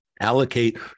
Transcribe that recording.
allocate